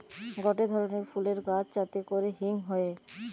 গটে ধরণের ফুলের গাছ যাতে করে হিং হয়ে